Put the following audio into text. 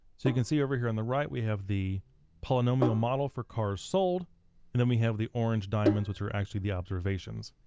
you can see over here on the right we have the polynomial model for cars sold and then we have the orange diamonds which are actually the observations.